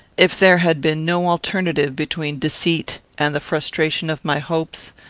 if there had been no alternative between deceit and the frustration of my hopes,